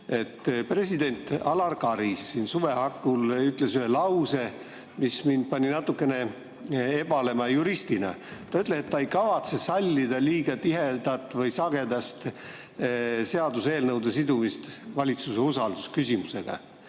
President Alar Karis siin suve hakul ütles ühe lause, mis mind pani natukene ebalema juristina. Ta ütles, et ta ei kavatse sallida liiga sagedast seaduseelnõude sidumist valitsuse usaldusküsimusega.